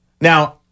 Now